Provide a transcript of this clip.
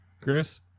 chris